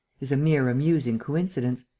is a mere amusing coincidence.